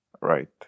right